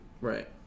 Right